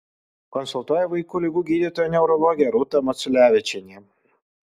konsultuoja vaikų ligų gydytoja neurologė rūta maciulevičienė